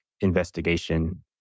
investigation